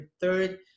third